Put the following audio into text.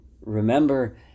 remember